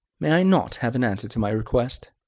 may i not have an answer to my request?